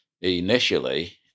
Initially